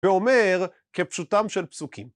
ואומר כפשוטם של פסוקים